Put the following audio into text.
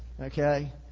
Okay